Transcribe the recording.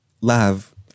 love